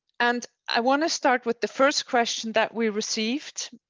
and i want to start with the first question that we received.